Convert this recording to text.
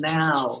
now